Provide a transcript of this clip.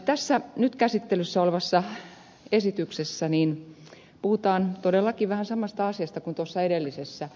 tässä nyt käsittelyssä olevassa esityksessä puhutaan todellakin vähän samasta asiasta kuin tuossa edellisessä